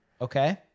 Okay